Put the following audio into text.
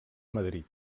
madrid